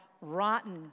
rotten